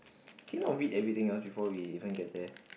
can you not read everything else before we can get there